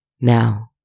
Now